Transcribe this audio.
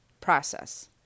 process